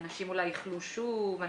אנשים אולי שוב וכולי.